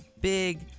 big